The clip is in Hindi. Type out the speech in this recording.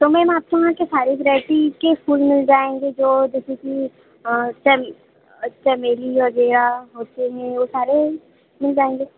तो मैम आपके यहाँ के सारी वैरायटी के फूल मिल जाएंगे जो जैसे कि सर चमेली वगैरह होते हैं वो सारे मिल जाएंगे